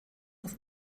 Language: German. auf